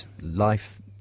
life